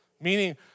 Meaning